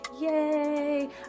Yay